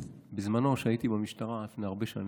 בזמנו, כשהייתי במשטרה לפני הרבה שנים,